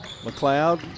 McLeod